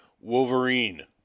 Wolverine